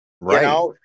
Right